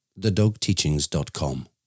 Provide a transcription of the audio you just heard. thedogteachings.com